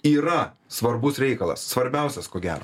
yra svarbus reikalas svarbiausias ko gero